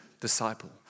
disciple